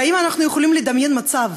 והאם אנחנו יכולים לדמיין מצב